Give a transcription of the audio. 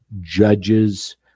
judges